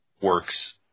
works